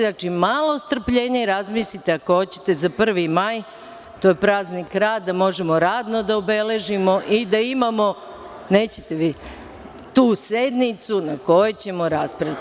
Znači, malo strpljenja i razmislite, ako hoćete, za 1. maj, to je praznik rada, možemo radno da obeležimo i da imamo tu sednicu na kojoj ćemo raspraviti.